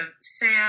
Sam